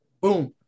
boom